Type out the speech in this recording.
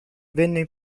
venne